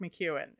McEwen